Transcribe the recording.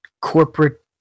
corporate